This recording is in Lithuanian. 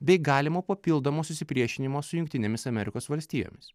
bei galimo papildomo susipriešinimo su jungtinėmis amerikos valstijomis